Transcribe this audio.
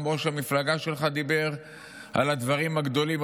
גם ראש המפלגה שלך דיבר על הדברים הגדולים.